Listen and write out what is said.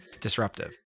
disruptive